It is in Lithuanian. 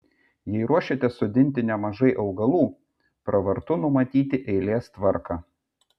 jei ruošiatės sodinti nemažai augalų pravartu numatyti eilės tvarką